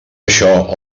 això